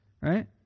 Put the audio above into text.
Right